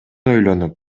ойлонуп